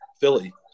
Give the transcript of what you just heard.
Philly